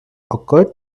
occurred